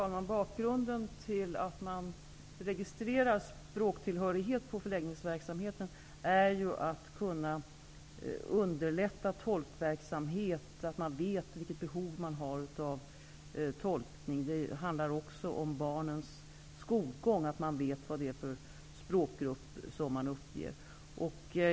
Fru talman! Bakgrunden till att man vid förläggningsverksamheten registrerar språktillhörighet är ju att man vill underlätta tolkverksamhet -- att man vet vilket behov man har av tolkning. Det handlar också om barnens skolgång. Man behöver då känna till vilka språkgrupper som uppges.